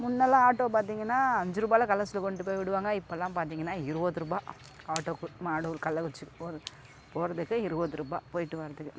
முன்னெல்லாம் ஆட்டோ பார்த்தீங்கன்னா அஞ்சு ரூபாயில் கலர்ஸ்சில் கொண்டு போய் விடுவாங்க இப்பெலாம் பார்த்தீங்கன்னா இருபதுருபா ஆட்டோவுக்கு மாடூர் கள்ளக்குறிச்சி போகிற போகிறதுக்கு இருபதுருபா போய்விட்டு வரதுக்கு